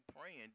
praying